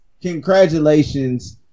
Congratulations